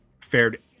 fared